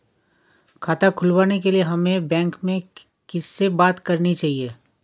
खाता खुलवाने के लिए हमें बैंक में किससे बात करनी चाहिए?